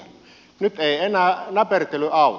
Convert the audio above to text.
nyt ei enää näpertely auta